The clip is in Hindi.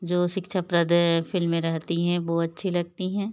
जो शिक्षाप्रद फ़िल्में रहती है वो अच्छी लगती हैं